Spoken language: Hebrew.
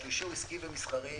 והשלישי הוא עסקי ומסחרי,